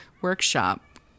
workshop